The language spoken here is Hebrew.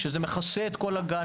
שזה מכסה את כל הגן,